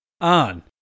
on